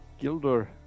Gildor